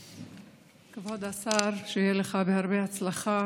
כבוד השר, שיהיה לך הרבה הצלחה.